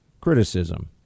criticism